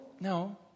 No